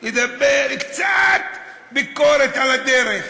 לדבר קצת ביקורת על הדרך.